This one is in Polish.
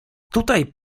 tutaj